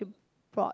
brought